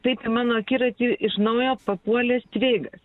taip į mano akiratį iš naujo papuolė stveigas